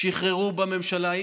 שחררו בממשלה.